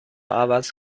عوض